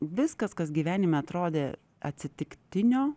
viskas kas gyvenime atrodė atsitiktinio